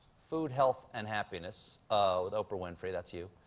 food, health and happiness. um with oprah winfrey. that's you.